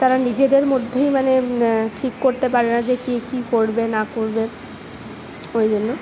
তারা নিজেদের মধ্যেই মানে ঠিক করতে পারে না মানে কি কি করবে না করবে ওই জন্য